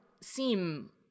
seem